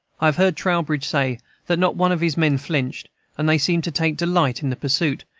i have heard trowbridge say that not one of his men flinched and they seemed to take delight in the pursuit,